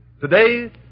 Today